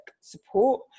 support